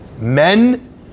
Men